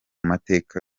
mateka